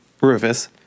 Rufus